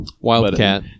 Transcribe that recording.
wildcat